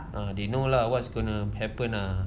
ah they know lah what's gonna happen lah